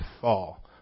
fall